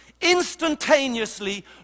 instantaneously